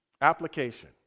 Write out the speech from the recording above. Application